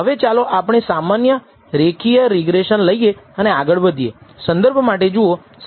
હવે ચાલો આપણે સામાન્ય રેખીય રિગ્રેસન લઈએ અને આગળ વધીએ